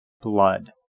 blood